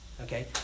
okay